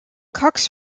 cox